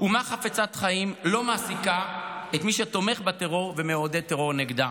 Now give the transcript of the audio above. אומה חפצת חיים לא מעסיקה את מי שתומך בטרור ומעודד טרור נגדה.